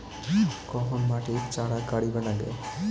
কখন মাটিত চারা গাড়িবা নাগে?